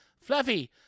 Fluffy